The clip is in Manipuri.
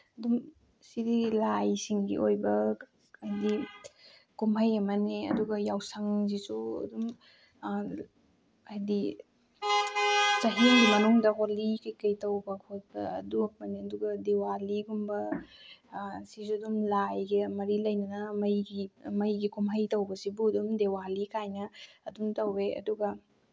ꯑꯗꯨꯝ ꯁꯤꯗꯤ ꯂꯥꯏꯁꯤꯡꯒꯤ ꯑꯣꯏꯕ ꯍꯥꯏꯗꯤ ꯀꯨꯝꯍꯩ ꯑꯃꯅꯤ ꯑꯗꯨꯒ ꯌꯥꯎꯁꯪꯁꯤꯁꯨ ꯑꯗꯨꯝ ꯍꯥꯏꯗꯤ ꯆꯍꯤ ꯑꯃꯒꯤ ꯃꯅꯨꯡꯗ ꯍꯣꯂꯤ ꯀꯩꯀꯩ ꯇꯧꯕ ꯈꯣꯠꯄ ꯑꯗꯨꯈꯇꯅꯤ ꯑꯗꯨꯒ ꯗꯤꯋꯥꯂꯤꯒꯨꯝꯕ ꯁꯤꯁꯨ ꯑꯗꯨꯝ ꯂꯥꯏꯒ ꯃꯔꯤ ꯂꯩꯅꯅ ꯃꯩꯒꯤ ꯃꯩꯒꯤ ꯀꯨꯝꯍꯩ ꯇꯧꯕꯁꯤꯕꯨ ꯑꯗꯨꯝ ꯗꯤꯋꯥꯂꯤ ꯀꯥꯏꯅ ꯑꯗꯨꯝ ꯇꯧꯋꯦ ꯑꯗꯨꯒ